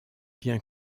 bien